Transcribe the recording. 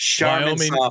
Wyoming